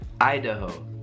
Idaho